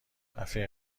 رفیق